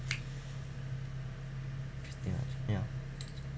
ya